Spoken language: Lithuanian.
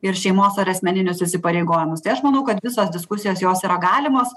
ir šeimos ar asmeninius įsipareigojimus tai aš manau kad visos diskusijos jos yra galimos